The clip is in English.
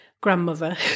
grandmother